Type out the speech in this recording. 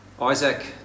Isaac